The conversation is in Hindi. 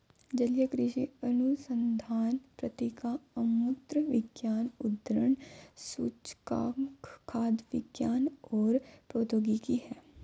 जलीय कृषि अनुसंधान पत्रिका अमूर्त विज्ञान उद्धरण सूचकांक खाद्य विज्ञान और प्रौद्योगिकी है